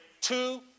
two